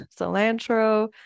cilantro